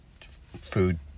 food